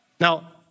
Now